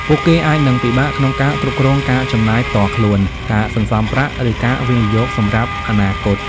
ពួកគេអាចនឹងពិបាកក្នុងការគ្រប់គ្រងការចំណាយផ្ទាល់ខ្លួន ការសន្សំប្រាក់ ឬការវិនិយោគសម្រាប់អនាគត។